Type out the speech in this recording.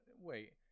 wait